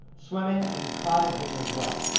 swimming, and cottaging as well.